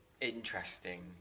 interesting